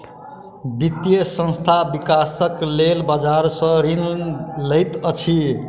वित्तीय संस्थान, विकासक लेल बजार सॅ ऋण लैत अछि